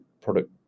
product